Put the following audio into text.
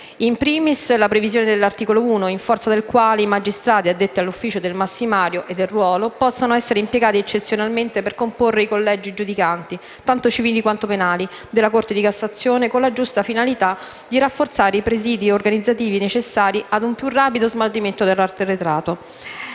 *in primis* la previsione dell'articolo 1, in forza della quale i magistrati addetti all'ufficio del massimario e del ruolo possono essere impiegati eccezionalmente per comporre i collegi giudicanti, tanto civili quanto penali, della Corte di cassazione, con la giusta finalità di rafforzare i presidi organizzativi necessari ad un più rapido smaltimento dell'arretrato.